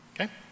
Okay